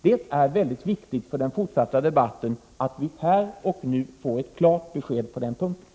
Det är viktigt för den fortsatta debatten att vi här och nu får ett klart besked på den punkten.